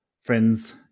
friends